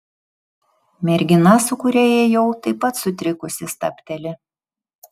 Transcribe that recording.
mergina su kuria ėjau taip pat sutrikusi stabteli